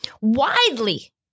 widely